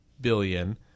billion